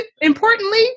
importantly